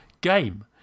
game